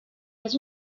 elles